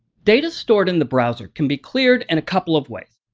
data stored in the browser can be cleared and a couple of ways.